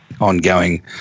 ongoing